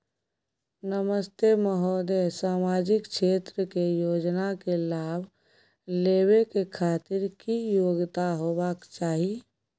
नमस्ते महोदय, सामाजिक क्षेत्र के योजना के लाभ लेबै के खातिर की योग्यता होबाक चाही?